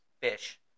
fish